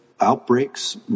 outbreaks